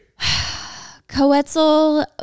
Coetzel